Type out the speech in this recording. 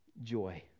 joy